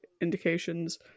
indications